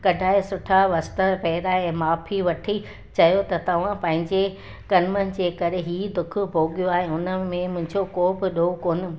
सुठा वस्त्र पहिराए माफ़ी वठी चयो त तव्हां पंहिंजे कर्मनि जे करे हीउ दुखु भोॻियो आहे उन में मुंहिंजो को बि ॾोहु कोन्हे